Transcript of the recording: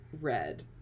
Red